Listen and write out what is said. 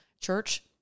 Church